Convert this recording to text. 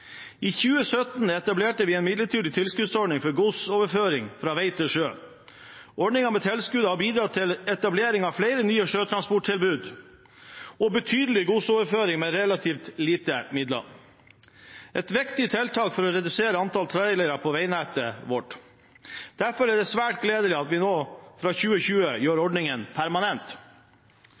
I 2017 etablerte vi en midlertidig tilskuddsordning for godsoverføring fra vei til sjø. Ordningen med tilskudd har bidratt til etablering av flere nye sjøtransporttilbud og betydelig godsoverføring med relativt lite midler – et viktig tiltak for å redusere antallet trailere på veinettet vårt. Derfor er det svært gledelig at vi nå fra 2020 gjør ordningen permanent.